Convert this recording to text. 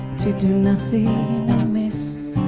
to do nothing amiss